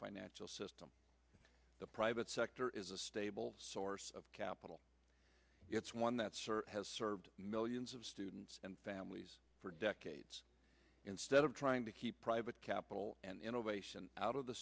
financial system the private sector is a stable source of capital it's one that has served millions of students and families for decades instead of trying to keep private capital and innovation out of the